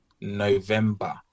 November